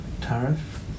tariff